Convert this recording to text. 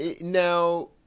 Now